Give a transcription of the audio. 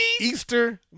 Easter